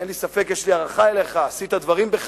אין לי ספק, יש לי הערכה אליך, עשית דברים בחייך.